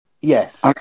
yes